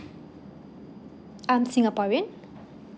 I'm singaporean